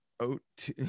Oat